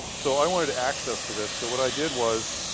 so i wanted access to this, so what i did was,